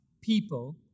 people